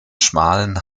schmalen